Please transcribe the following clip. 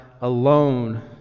alone